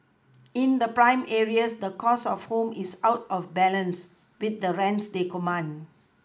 in the prime areas the cost of homes is out of balance with the rents they command